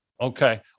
okay